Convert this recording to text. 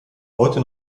heute